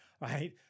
right